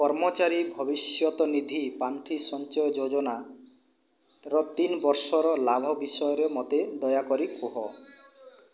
କର୍ମଚାରୀ ଭବିଷ୍ୟତନିଧି ପାଣ୍ଠି ସଞ୍ଚୟ ଯୋଜନାର ତିନି ବର୍ଷର ଲାଭ ବିଷୟରେ ମୋତେ ଦୟାକରି କୁହ